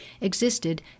existed